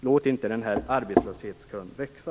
Låt inte arbetslöshetskön växa!